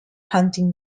hunting